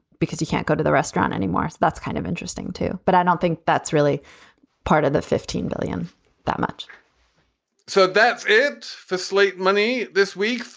because you can't go to the restaurant anymore. that's kind of interesting, too, but i don't think that's really part of the fifteen million that much so that's it for sleep money this week.